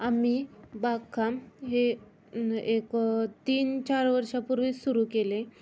आम्ही बागकाम हे एक तीन चार वर्षापूर्वी सुरू केले